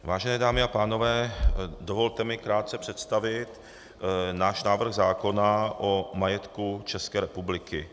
Vážené dámy a pánové, dovolte mi krátce představit náš návrh zákona o majetku České republiky.